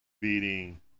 beating